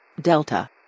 Delta